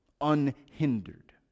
unhindered